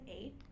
eight